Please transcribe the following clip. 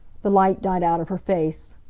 the light died out of her face.